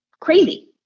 crazy